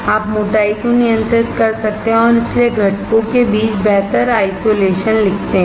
आप मोटाई को नियंत्रित कर सकते हैं और इसलिए घटकों के बीच बेहतर आइसोलेशन लिखते हैं